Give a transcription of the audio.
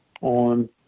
on